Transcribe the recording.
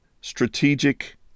strategic